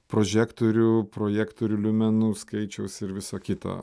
prožektorių projektorių liumenų skaičius ir visa kita